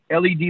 LED